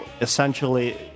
essentially